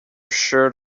shirt